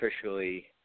officially